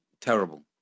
terrible